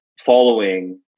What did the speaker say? following